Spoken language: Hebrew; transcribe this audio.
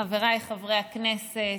חבריי חברי הכנסת,